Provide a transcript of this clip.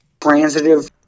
transitive